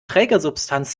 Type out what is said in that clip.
trägersubstanz